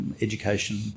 education